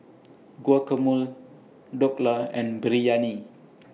Guacamole Dhokla and Biryani